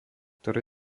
ktoré